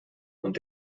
und